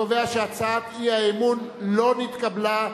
אני קובע שהצעת האי-אמון לא נתקבלה,